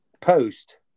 post